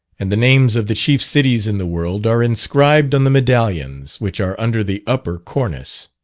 and the names of the chief cities in the world are inscribed on the medallions, which are under the upper cornice.